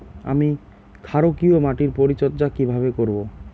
আমি ক্ষারকীয় মাটির পরিচর্যা কিভাবে করব?